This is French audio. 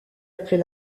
après